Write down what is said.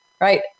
right